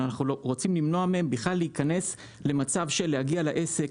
אלא אנחנו רוצים למנוע מהם בכלל להיכנס למצב של להגיע לעסק,